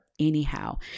Anyhow